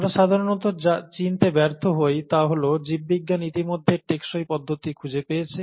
আমরা সাধারণত যা চিনতে ব্যর্থ হই তা হল জীববিজ্ঞান ইতিমধ্যে টেকসই পদ্ধতি খুঁজে পেয়েছে